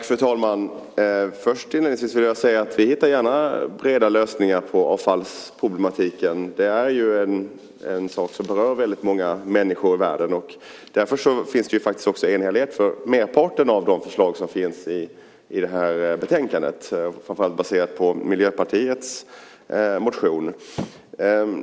Fru talman! Inledningsvis vill jag säga att vi gärna hittar breda lösningar på avfallsproblematiken. Det är ju en sak som berör väldigt många människor i världen. Därför finns det faktiskt också enhällighet när det gäller merparten av förslagen i det här betänkandet, framför allt baserat på Miljöpartiets motion.